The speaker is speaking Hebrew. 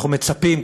אנחנו מצפים,